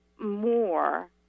more